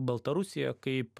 baltarusiją kaip